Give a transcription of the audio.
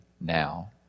now